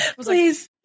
Please